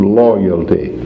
loyalty